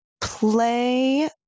play